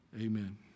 Amen